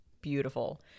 beautiful